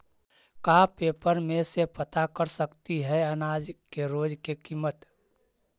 का पेपर में से पता कर सकती है अनाज के रोज के किमत?